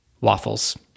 waffles